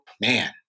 man